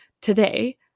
Today